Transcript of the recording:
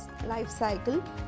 lifecycle